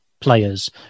players